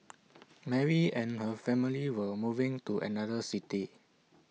Mary and her family were moving to another city